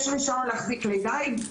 יש רישיון להחזיק כלי דיג,